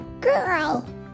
girl